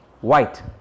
White